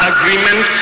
Agreement